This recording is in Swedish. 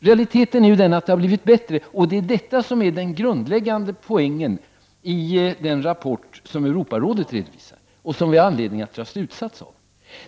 Realiteten är ju den att det har blivit bättre, och det är detta som är den grundläggande poängen i den rapport som Europarådet redovisar och som vi har anledning att dra slutsatser av.